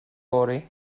fory